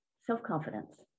self-confidence